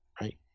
Right